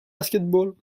basketball